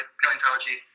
paleontology